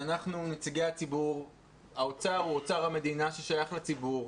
אנחנו נציגי הציבור והאוצר הוא אוצר המדינה ששייך לציבור.